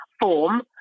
form